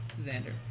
Xander